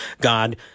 God